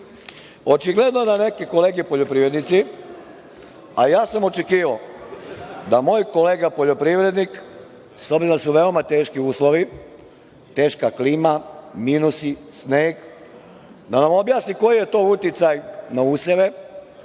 strancima. Očigledno da neke kolege poljoprivrednici, a ja sam očekivao da moj kolega poljoprivrednik, s obzirom da su veoma teški uslovi, teška klima, minusi, sneg, da nam objasni koji je to uticaj na useve,